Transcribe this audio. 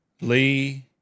Lee